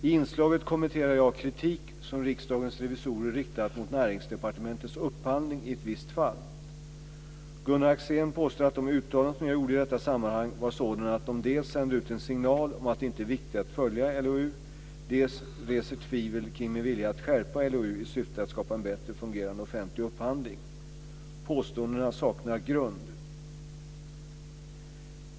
I inslaget kommenterade jag kritik som Riksdagens revisorer riktat mot Näringsdepartementets upphandling i ett visst fall. Gunnar Axén påstår att de uttalanden som jag gjorde i detta sammanhang var sådana att de dels sänder ut en signal om att det inte är viktigt att följa LOU, dels reser tvivel kring min vilja att skärpa LOU i syfte att skapa en bättre fungerande offentlig upphandling. Påståendena saknar grund.